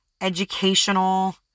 educational